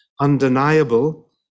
undeniable